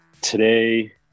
Today